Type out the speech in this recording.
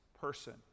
person